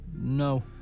No